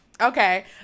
Okay